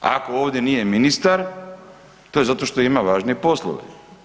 Ako ovdje nije ministar to je zato što ima važnije poslove.